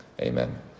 amen